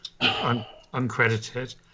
uncredited